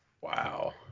Wow